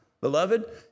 beloved